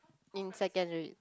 in secondary